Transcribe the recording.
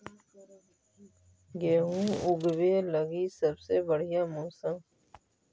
गेहूँ ऊगवे लगी सबसे बढ़िया मौसम?